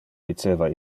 diceva